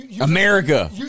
America